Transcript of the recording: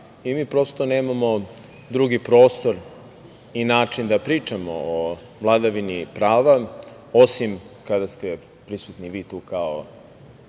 Mi prosto nemamo drugi prostor i način da pričamo o vladavini prava, osim kada ste prisutni vi tu kao